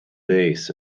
days